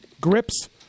grips